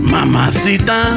Mamacita